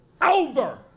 over